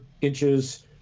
inches